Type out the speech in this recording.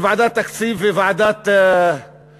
של ועדת תקציב וועדת כספים.